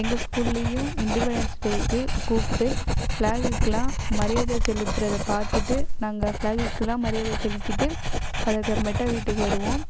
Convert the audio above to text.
எங்கள் ஸ்கூல்லேயும் இண்டிபெண்டென்ஸ் டேக்கு கூப்பிட்டு ஃபிளாகுக்குலாம் மரியாதை செலுத்துவத பார்த்துட்டு நாங்கள் ஃபிளாகுக்குலாம் மரியாதை செலுத்திட்டு அதுக்கப்புறமேட்டா வீட்டுக்கு வருவோம்